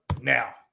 now